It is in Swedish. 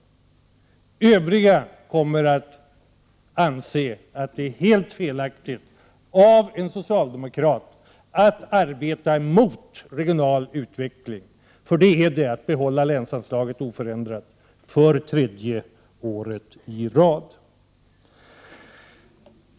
Övriga kommer att anse att det är fel av en socialdemokrat att arbeta emot regional utveckling. Det innebär det nämligen att hålla länsanslaget oförändrat för tredje året i rad.